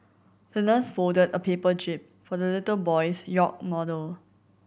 the nurse folded a paper jib for the little boy's yacht model